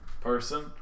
person